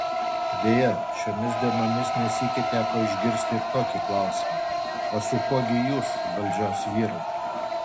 deja šiomis dienomis ne sykį teko išgirsti ir tokį klausimą o su kuo gi jūs valdžios vyrai